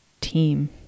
team